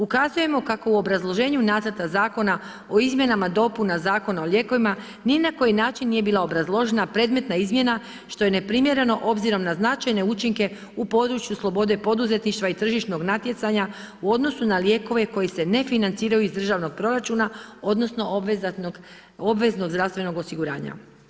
Ukazujemo kako u obrazloženju Nacrta zakona o izmjenama dopuna Zakona o lijekovima ni na koji način nije bila obrazloženja predmetna izmjena što je neprimjereno obzirom na značajne učinke u području slobode poduzetništva i tržišnog natjecanja u odnosu na lijekove koji se ne financiraju iz državnog proračuna, odnosno obveznog zdravstvenog osiguranja.